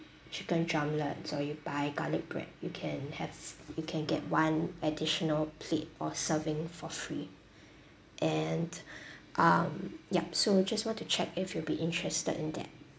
chicken drumlets or you buy garlic bread you can have you can get one additional plate or serving for free and um yup so just want to check if you'll be interested in that